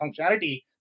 functionality